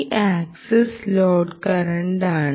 ഈ axis load കറന്റാണ്